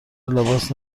لباس